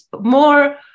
more